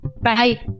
bye